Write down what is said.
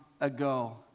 ago